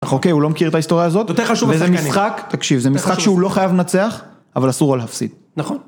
הוא לא מכיר את ההיסטוריה הזאת, וזה משחק שהוא לא חייב לנצח, אבל אסור לו להפסיד.